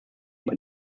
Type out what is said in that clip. bei